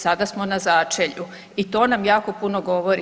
Sada smo na začelju i to nam jako puno govori.